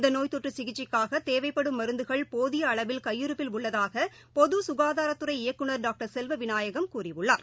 இந்தநோய் தொற்றுசிகிச்சைக்காகதேவைப்படும் மருந்துகள் போதியஅளவில் கையிருப்பில் உள்ளதாகபொதுககாதாரத் துறை இயக்குநர் டாக்டர் செல்வவிநாயகம் கூறியுள்ளார்